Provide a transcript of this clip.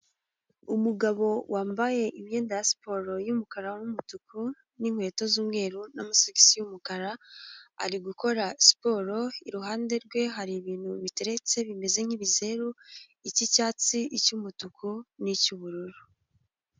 Umugabo wambaye imyenda ya siporo y'umukara n'umutuku n'inkweto z'umweru, n'amasogisi y'umukara ari gukora siporo, iruhande rwe hari ibintu biteretse bimeze nk'ibizeru, icy'icyatsi, icy'umutuku n'icyubururu.